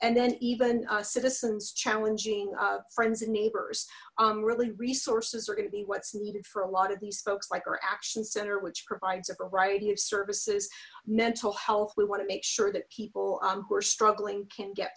and then even citizens challenging friends and neighbors really resources are gonna be what's needed for a lot of these folks like our action center which provides a variety of services mental health we want to make sure that people who are struggling can get